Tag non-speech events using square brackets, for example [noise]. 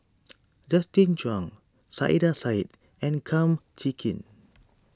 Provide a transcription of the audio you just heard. [noise] Justin Zhuang Saiedah Said and Kum Chee Kin